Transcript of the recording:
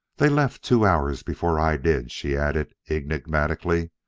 they left two hours before i did, she added enigmatically.